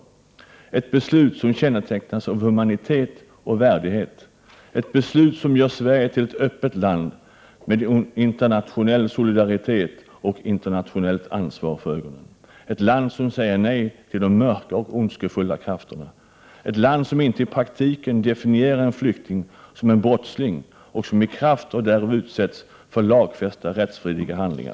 Jag hoppas att det kan bli ett beslut som kännetecknas av humanitet och värdighet, ett beslut som gör Sverige till ett öppet land med internationell solidaritet och internationellt ansvar, ett land som säger nej till de mörka och ondskefulla krafterna, ett land som inte i praktiken definierar en flykting som en brottsling, som i kraft därav utsätts för lagfästa, rättsvidriga handlingar.